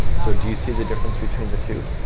so do you see the difference between the two?